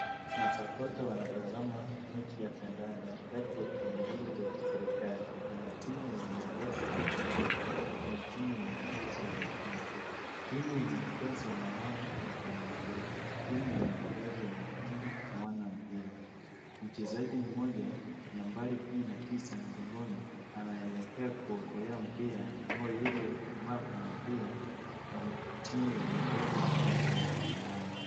Masupporter wanatazama mechi ya kandanda, kati ya timu mbili za kiserekali. Kuna timu yenye mavazi ya mayayi na kuna timu yenye mavazi ya nyekundu. Timu yenye mavazi ya mayayi wako na mpira. Timu yenye mavazi ya nyekundu hawana mpira. Mchezaji mmoja nambari kumi na tisa mgongoni anaelekea kukolea mpira ambaye yule ambaye ako na mpira wa timu yenye mavazi ya mayayi akonayo.